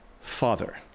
father